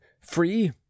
free